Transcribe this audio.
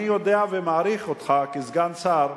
אני יודע ומעריך אותך כסגן שר,